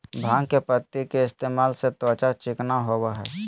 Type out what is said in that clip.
भांग के पत्ति के इस्तेमाल से त्वचा चिकना होबय हइ